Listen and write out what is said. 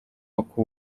uko